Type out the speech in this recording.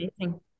amazing